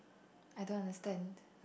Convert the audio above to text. I don't understand